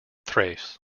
thrace